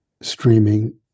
streaming